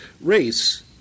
race